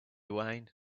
wayne